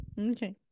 okay